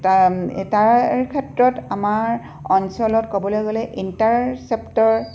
তাৰ তাৰ ক্ষেত্ৰত আমাৰ অঞ্চলত ক'বলৈ গ'লে ইণ্টাৰচেপ্তৰ